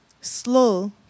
slow